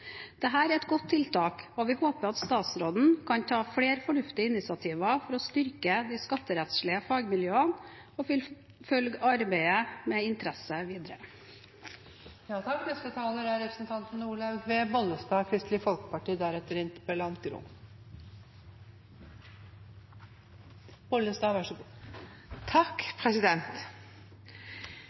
er et godt tiltak. Vi håper at statsråden kan ta flere fornuftige initiativer for å styrke de skatterettslige fagmiljøene, og vil følge arbeidet med interesse videre. Interpellanten har et poeng når hun skriver og sier at det ikke er